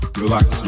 relax